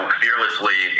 fearlessly